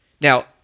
Now